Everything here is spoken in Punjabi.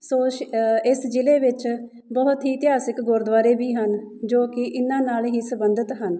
ਸੋ ਅਸ਼ ਇਸ ਜ਼ਿਲ੍ਹੇ ਵਿੱਚ ਬਹੁਤ ਹੀ ਇਤਿਹਾਸਕ ਗੁਰਦੁਆਰੇ ਵੀ ਹਨ ਜੋ ਕਿ ਇਹਨਾਂ ਨਾਲ ਹੀ ਸੰਬੰਧਿਤ ਹਨ